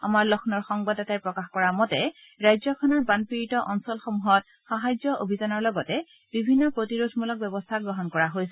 আমাৰ লক্ষ্ণৌৰ সংবাদদাতাই প্ৰকাশ কৰা মতে ৰাজ্যখনৰ বানপীড়িত অঞ্চলসমূহত সাহায্য অভিযানৰ লগতে বিভিন্ন প্ৰতিৰোধমূলক ব্যৱস্থা গ্ৰহণ কৰা হৈছে